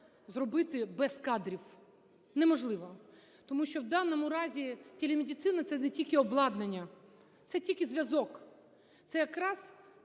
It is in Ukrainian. зробити без кадрів, неможливо. Тому що у даному разі телемедицина – це не тільки обладнання, це тільки зв'язок, це якраз